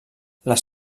les